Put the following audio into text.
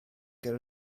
ger